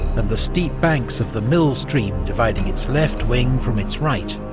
and the steep banks of the mill stream dividing its left wing from its right.